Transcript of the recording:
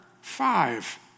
five